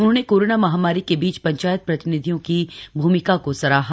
उन्होंने कोरोना महामारी के बीच पंचायत प्रतिनिधियों की भूमिका को सराहा